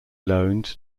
loaned